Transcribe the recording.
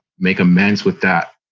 make amends with that,